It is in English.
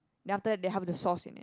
then after that they have the sauce in it